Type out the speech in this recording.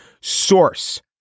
Source